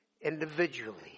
individually